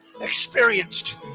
experienced